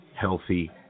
healthy